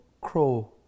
crow